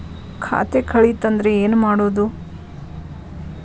ಖಾತೆ ಕಳಿತ ಅಂದ್ರೆ ಏನು ಮಾಡೋದು?